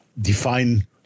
define